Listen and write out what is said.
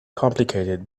complicated